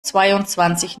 zweiundzwanzig